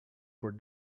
for